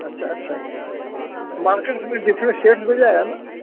اچھا اچھا اچھا مارکرس میں ڈفرینٹشئیٹ مل جائے گا نا